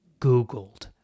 Googled